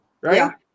right